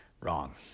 Wrong